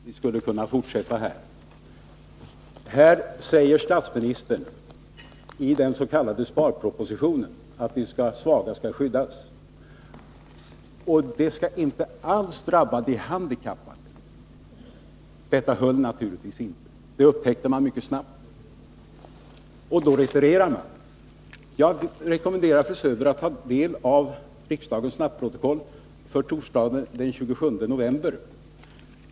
Herr talman! Vi skulle kunna fortsätta debatten. Statsministern säger i den s.k. sparpropositionen att de svaga skall skyddas, och de handikappade skall inte alls drabbas. Detta höll naturligtvis inte. Detta upptäckte man mycket snart — och då retirerar man. Jag rekommenderar fru Söder att ta del av riksdagens snabbprotokoll för torsdagen den 27 november.